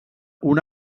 una